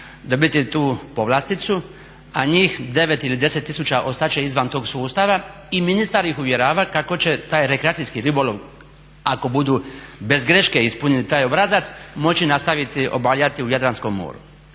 dobiti tu povlasticu, a njih 9 ili 10 tisuća ostat će izvan tog sustava i ministar ih uvjerava kako će taj rekreacijski ribolov ako budu bez greške ispunili taj obrazac moći nastavljati obavljati u Jadranskom moru.